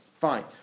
Fine